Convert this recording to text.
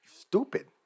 stupid